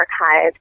archives